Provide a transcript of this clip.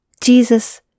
Jesus